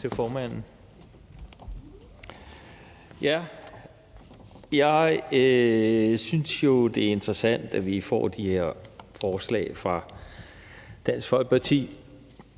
Jeg synes jo, det er interessant, at vi får de her forslag fra Dansk Folkeparti.